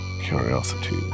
Curiosity